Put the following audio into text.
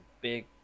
big